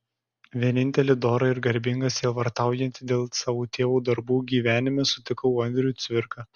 vienintelį dorą ir garbingą sielvartaujantį dėl savo tėvo darbų gyvenime sutikau andrių cvirką